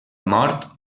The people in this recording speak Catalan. mort